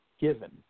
given